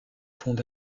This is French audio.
fonds